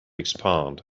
expand